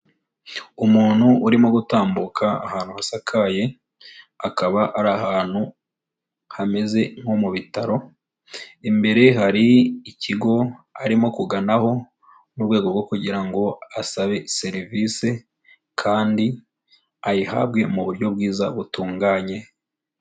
Umuntu urimo gutambuka ahantu hasakaye, akaba ari ahantu hameze nko mu bitaro, imbere hari ikigo arimo kuganaho mu rwego rwo kugira ngo asabe serivisi kandi ayihabwe mu buryo bwiza butunganye.